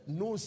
no